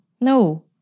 No